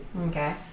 Okay